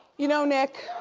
you know nick,